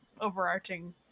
overarching